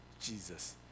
Jesus